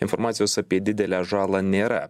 informacijos apie didelę žalą nėra